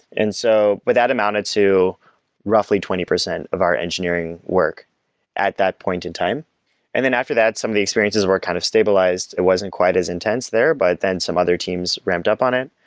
and so that amounted to roughly twenty percent of our engineering work at that point in time and then after that, some of the experiences were kind of stabilized. it wasn't quite as intense there, but then some other teams ramped up on it.